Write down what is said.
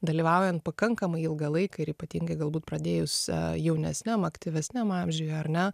dalyvaujant pakankamai ilgą laiką ir ypatingai galbūt pradėjus jaunesniam aktyvesniam amžiuje ar ne